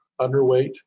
underweight